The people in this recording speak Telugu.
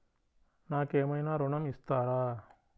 నాకు ఏమైనా ఋణం ఇస్తారా?